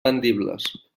vendibles